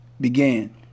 began